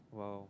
oh